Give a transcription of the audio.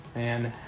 and